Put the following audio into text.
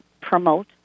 promote